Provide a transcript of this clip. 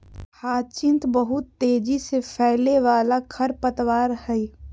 hyacinth बहुत तेजी से फैलय वाला खरपतवार हइ